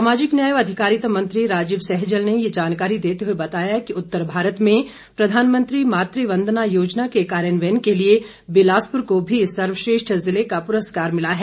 सामाजिक न्याय व अधिकारिता मंत्री राजीव सहजल ने ये जानकारी देते हुए बताया कि उत्तर भारत में प्रधानमंत्री मातू वंदना योजना के कार्यान्वयन के लिए बिलासपुर को भी सर्वश्रेष्ठ जिले का पुरस्कार मिला है